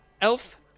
elf